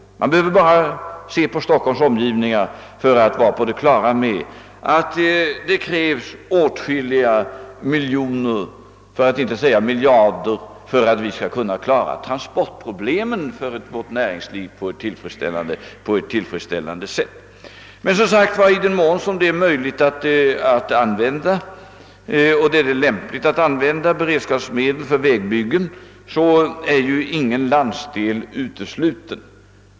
Man behöver bara se på Stockholms omgivningar för att få klart för sig att det krävs åtskilliga miljoner, för att inte säga miljarder, om vi skall kunna klara vårt näringslivs transportproblem på ett tillfredsställande sätt. Men som sagt var, i den mån det är möjligt och lämpligt att använda beredskapsmedel för vägbyggen är ingen landsdel utesluten.